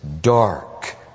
dark